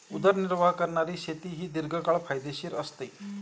उदरनिर्वाह करणारी शेती ही दीर्घकाळ फायदेशीर असते